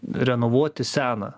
renovuoti seną